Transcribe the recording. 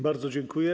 Bardzo dziękuję.